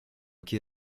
quai